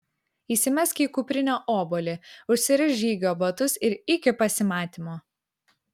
įsimesk į kuprinę obuolį užsirišk žygio batus ir iki pasimatymo